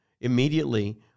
immediately